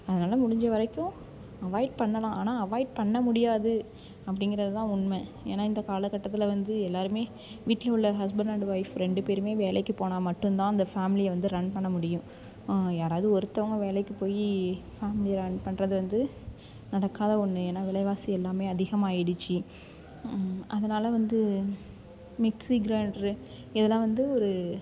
அதனால் முடிஞ்ச வரைக்கும் அவாய்ட் பண்ணலாம் ஆனால் அவாய்ட் பண்ண முடியாது அப்படிங்கிறது தான் உண்மை ஏன்னா இந்த காலகட்டத்தில் வந்து எல்லோருமே வீட்டில் உள்ள ஹஸ்பண்ட் அண்ட் ஒயிஃப் ரெண்டு பேரும் வேலைக்கு போனால் மட்டும் தான் அந்த ஃபேமிலியை வந்து ரன் பண்ண முடியும் யாராவது ஒருத்தங்க வேலைக்கு போய் ஃபேமிலியை ரன் பண்ணுறது வந்து நடக்காத ஒன்று ஏன்னா விலைவாசி எல்லாம் அதிகமாகிடுச்சு அதனால் வந்து மிக்சி கிரைண்ட்ரு இதெல்லாம் வந்து ஒரு